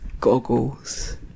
goggles